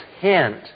hint